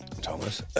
Thomas